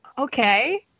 Okay